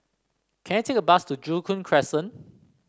can I take a bus to Joo Koon Crescent